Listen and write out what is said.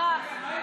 ברח.